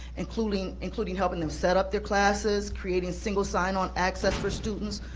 including including helping them set up their classes, creating single sign on access for students,